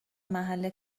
محل